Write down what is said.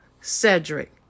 Cedric